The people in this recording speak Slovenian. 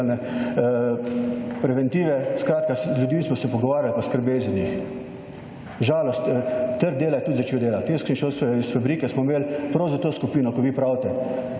preventive, skratka z ljudmi smo se pogovarjali pa skrbeli za njih. Žalost, trg dela je tudi začel delati. Jaz, ko sem šel iz fabrike, smo imeli prav za to skupino, ko vi pravite,